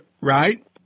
Right